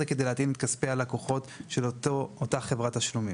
כדי להתאים את כספי הלקוחות של אותה חברת תשלומים.